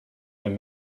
and